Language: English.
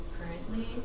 currently